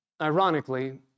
ironically